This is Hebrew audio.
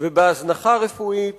ובהזנחה רפואית